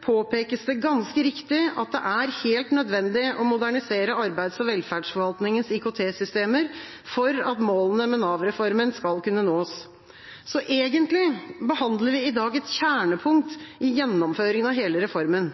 påpekes det ganske riktig at det er helt nødvendig å modernisere arbeids- og velferdsforvaltningens IKT-systemer for at målene med Nav-reformen skal kunne nås, så egentlig behandler vi i dag et kjernepunkt i gjennomføringen av hele reformen.